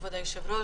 כבוד היושב-ראש,